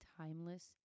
timeless